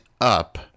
up